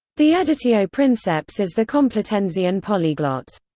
the editio princeps is the complutensian polyglot.